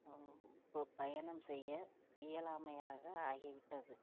இப்போது பயணம் செய்ய இயலாமையாக ஆகிவிட்டது